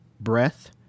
breath